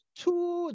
two